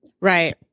Right